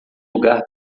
lugar